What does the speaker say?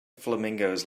flamingos